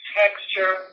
texture